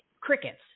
crickets